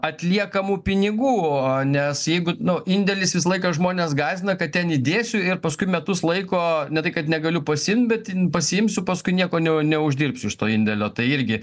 atliekamų pinigų o nes jeigu nu indėlis visą laiką žmones gąsdina kad ten įdėsiu ir paskui metus laiko ne tai kad negaliu pasiimt bet pasiimsiu paskui nieko ne neuždirbsiu iš to indėlio tai irgi